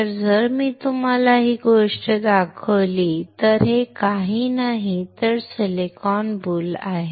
तर जर मी तुम्हाला ही गोष्ट दाखवली तर हे काही नाही तर सिलिकॉन बुल आहे